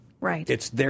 Right